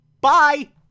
Bye